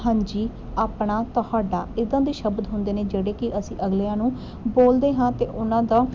ਹਾਂਜੀ ਆਪਣਾ ਤੁਹਾਡਾ ਇੱਦਾਂ ਦੇ ਸ਼ਬਦ ਹੁੰਦੇ ਨੇ ਜਿਹੜੇ ਕਿ ਅਸੀਂ ਅਗਲਿਆਂ ਨੂੰ ਬੋਲਦੇ ਹਾਂ ਅਤੇ ਉਹਨਾਂ ਦਾ